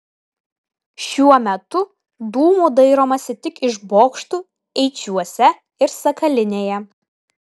šiuo metu dūmų dairomasi tik iš bokštų eičiuose ir sakalinėje